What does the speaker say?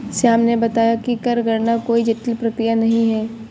श्याम ने बताया कि कर गणना कोई जटिल प्रक्रिया नहीं है